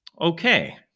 Okay